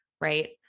right